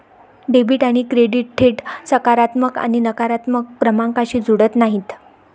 debit आणि credit थेट सकारात्मक आणि नकारात्मक क्रमांकांशी जुळत नाहीत